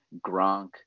Gronk